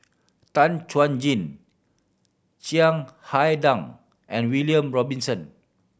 Tan Chuan Jin Chiang Hai Dang and William Robinson